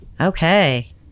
okay